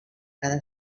cada